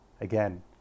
again